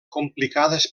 complicades